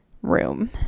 room